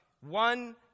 One